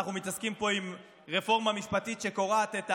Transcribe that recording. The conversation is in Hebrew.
אנחנו מתעסקים פה עם רפורמה משפטית שקורעת את העם,